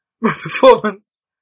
performance